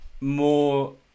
more